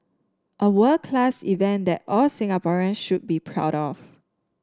a world class event that all Singaporean should be proud of